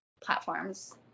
platforms